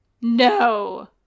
No